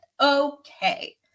Okay